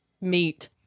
meat